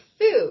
food